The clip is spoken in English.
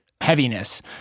heaviness